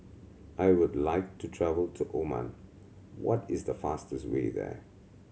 I would like to travel to Oman What is the fastest way there